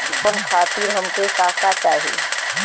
Loan खातीर हमके का का चाही?